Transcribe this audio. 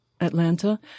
Atlanta